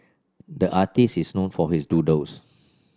the artist is known for his doodles